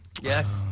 Yes